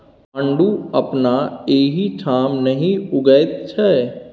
आड़ू अपना एहिठाम नहि उगैत छै